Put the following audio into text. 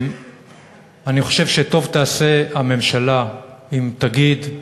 אני חושב שטוב תעשה הממשלה אם תגיד,